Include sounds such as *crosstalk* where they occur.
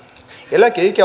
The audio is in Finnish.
eläkeikä *unintelligible*